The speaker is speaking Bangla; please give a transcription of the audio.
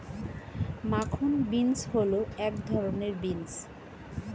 মাখন বিন্স হল এক ধরনের বিন্স